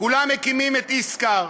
כולם מכירים את "ישקר",